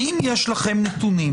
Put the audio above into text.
האם יש לכם נתונים